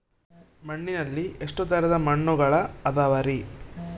ಮಣ್ಣಿನಲ್ಲಿ ಎಷ್ಟು ತರದ ಮಣ್ಣುಗಳ ಅದವರಿ?